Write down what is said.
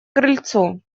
крыльцу